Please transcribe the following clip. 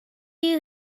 you